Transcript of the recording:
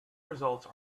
results